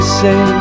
say